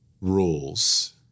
rules